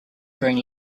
during